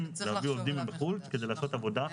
להביא עובדים מבחוץ כדי לעשות עבודה.